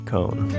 Cone